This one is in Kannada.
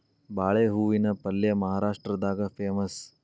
ಬಾಳೆ ಹೂವಿನ ಪಲ್ಯೆ ಮಹಾರಾಷ್ಟ್ರದಾಗ ಪೇಮಸ್